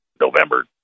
November